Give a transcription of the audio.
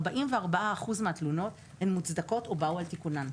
44% מהתלונות הן מוצדקות או באו על תיקונן.